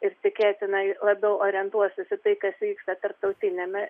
ir tikėtina labiau orientuosis į tai kas vyksta tarptautiniame